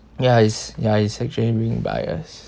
ya it's ya it's actually being biased